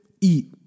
eat